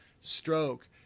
stroke